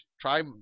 try